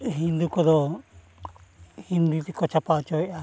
ᱦᱤᱱᱫᱩ ᱠᱚᱫᱚ ᱦᱤᱱᱫᱤ ᱛᱮᱠᱚ ᱪᱷᱟᱯᱟ ᱦᱚᱪᱚᱭᱮᱜᱼᱟ